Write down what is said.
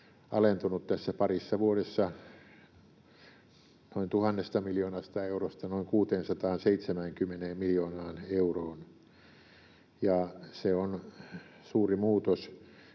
alentunut tässä parissa vuodessa noin tuhannesta miljoonasta eurosta noin 670 miljoonaan euroon, ja se on suuri muutos.